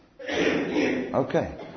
Okay